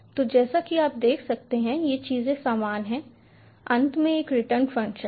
तो जैसा कि आप देख सकते हैं कि ये चीजें समान हैं अंत में एक रिटर्न फ़ंक्शन है